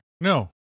No